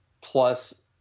plus